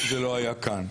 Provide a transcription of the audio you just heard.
זה לא היה כאן.